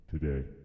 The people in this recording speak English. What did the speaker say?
today